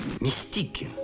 Mystique